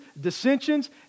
dissensions